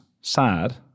sad